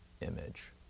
image